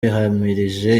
yahamirije